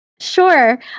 Sure